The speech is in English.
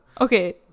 Okay